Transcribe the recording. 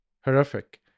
horrific